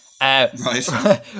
Right